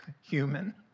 human